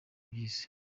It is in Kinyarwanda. by’isi